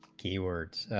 key words